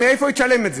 מאיפה היא תשלם את זה,